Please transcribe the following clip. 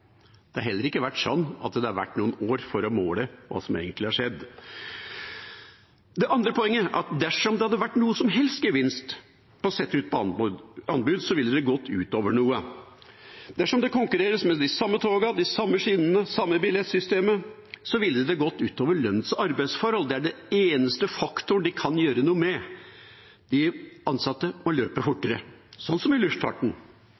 Det har heller ikke vært sånn at det har vært noen år for å måle hva som egentlig har skjedd. Det andre poenget er at dersom det hadde vært noen som helst gevinst ved å sette ut på anbud, så ville det gått ut over noe. Dersom det konkurreres med de samme togene, de samme skinnene, det samme billettsystemet, da ville det gått ut over lønns- og arbeidsforholdene. Det er den eneste faktoren man kan gjøre noe med. De ansatte må løpe fortere, sånn som i luftfarten.